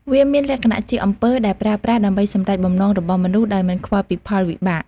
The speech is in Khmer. វាមានលក្ខណៈជាអំពើដែលប្រើប្រាស់ដើម្បីសម្រេចបំណងរបស់មនុស្សដោយមិនខ្វល់ពីផលវិបាក។